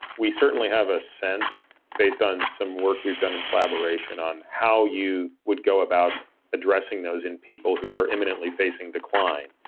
we certainly have a sense, based on some work we've done in collaboration on how you would go about addressing those in people who are imminently facing decline.